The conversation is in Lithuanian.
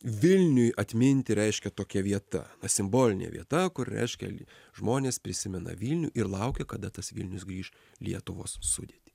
vilniui atminti reiškia tokia vieta simbolinė vieta kur reiškia žmonės prisimena vilnių ir laukia kada tas vilnius grįš lietuvos sudėtį